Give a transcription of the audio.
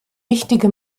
wichtige